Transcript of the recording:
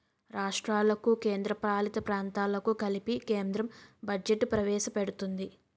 రాష్ట్రాలకు కేంద్రపాలిత ప్రాంతాలకు కలిపి కేంద్రం బడ్జెట్ ప్రవేశపెడుతుంది